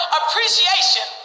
appreciation